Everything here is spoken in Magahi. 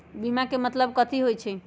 बीमा के मतलब कथी होई छई?